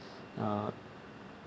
uh